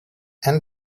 and